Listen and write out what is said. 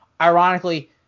Ironically